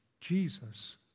Jesus